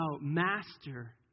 Master